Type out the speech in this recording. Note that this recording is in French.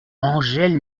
angèle